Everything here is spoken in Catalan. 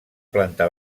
planta